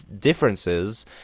differences